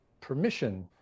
permission